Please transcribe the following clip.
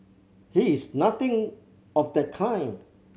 he is nothing of the kind